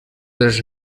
les